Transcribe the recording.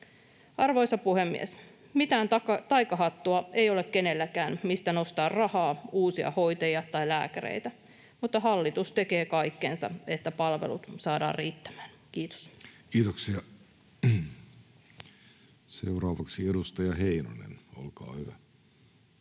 Arvoisa puhemies! Mitään taikahattua ei ole kenelläkään, mistä nostaa rahaa, uusia hoitajia tai lääkäreitä, mutta hallitus tekee kaikkensa, että palvelut saadaan riittämään. — Kiitos. [Speech 362] Speaker: Jussi Halla-aho